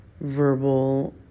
verbal